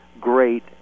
great